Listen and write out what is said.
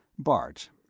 bart,